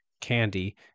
candy